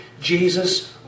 Jesus